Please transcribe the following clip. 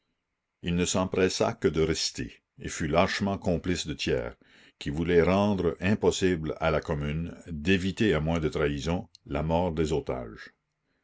il ne s'empressa que de rester et fut lâchement complice de thiers qui voulait rendre impossible à la commune d'éviter à moins de trahison la mort des otages